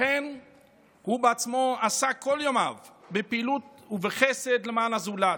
לכן הוא עצמו עסק כל ימיו בפעילות ובחסד למען הזולת: